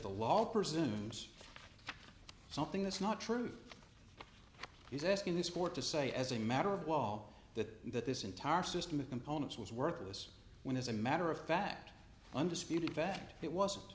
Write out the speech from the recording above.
the law presumes something that's not true he's asking this court to say as a matter of law that that this entire system of components was worthless when as a matter of fact undisputed fact it wasn't